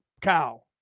cow